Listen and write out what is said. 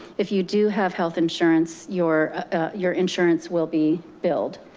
if you do have health insurance, your your insurance will be billed.